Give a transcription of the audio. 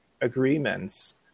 agreements